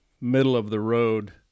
middle-of-the-road